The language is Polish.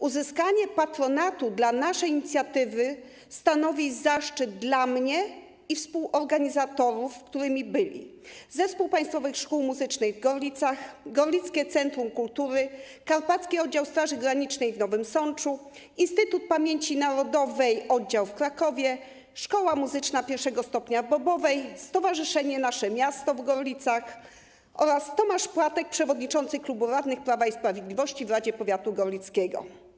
Uzyskanie patronatu dla naszej inicjatywy stanowi zaszczyt dla mnie i współorganizatorów, którymi byli: Zespół Państwowych Szkół Muzycznych w Gorlicach, Gorlickie Centrum Kultury, Karpacki Oddział Straży Granicznej w Nowym Sączu, Instytut Pamięci Narodowej oddział w Krakowie, Szkoła Muzyczna I stopnia w Bobowej, Stowarzyszenie ˝Nasze Miasto˝ w Gorlicach, oraz Tomasz Płatek przewodniczący Klubu Radnych Prawa i Sprawiedliwości w radzie powiatu gorlickiego.